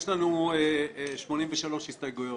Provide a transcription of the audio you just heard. יש לנו 83 הסתייגויות,